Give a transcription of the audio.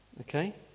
Okay